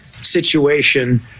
situation